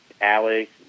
Alex